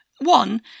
One